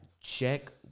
Check